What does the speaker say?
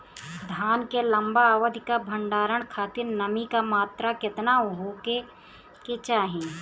धान के लंबा अवधि क भंडारण खातिर नमी क मात्रा केतना होके के चाही?